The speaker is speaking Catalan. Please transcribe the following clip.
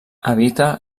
habita